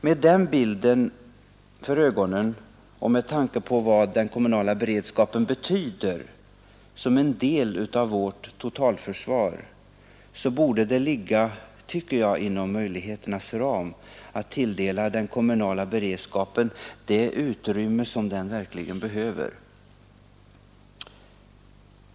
Med den bilden för ögonen och med hänsyn till vad den kommunala beredskapen betyder som en del av vårt totalförsvar borde det ligga, tycker jag, inom möjligheternas ram att tilldela den kommunala beredskapen det utrymme som den verkligen behöver.